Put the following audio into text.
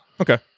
Okay